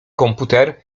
komputer